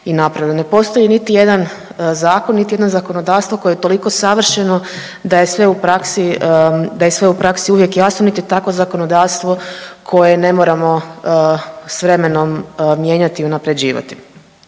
Ne postoji niti jedan zakon, niti jedno zakonodavstvo koje je toliko savršeno da je se u praksi, da je sve u praksi uvijek jasno, niti tako zakonodavstvo koje ne moramo s vremenom mijenjati i unaprjeđivati.